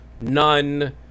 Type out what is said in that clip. None